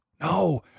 No